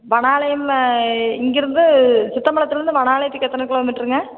வனாலயம் இங்கிருந்து சித்தம்பலத்துலேருந்து வனாலயத்துக்கு எத்தனை கிலோமீட்டருங்க